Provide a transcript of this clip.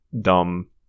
dumb